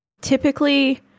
Typically